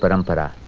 but emperor